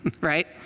right